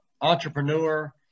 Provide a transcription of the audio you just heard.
entrepreneur